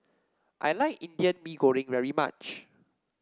I like Indian Mee Goreng very much